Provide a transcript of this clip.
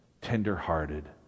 tender-hearted